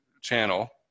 channel